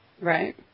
right